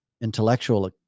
intellectual